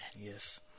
Yes